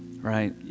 right